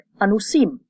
anusim